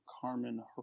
Carmen